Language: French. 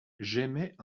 j’émets